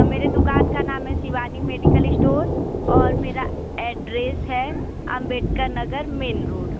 मेरे दुकान का नाम है शिवानी मेडिकल स्टोर और मेरा एड्रेस है अंबेडकर नगर मेन रोड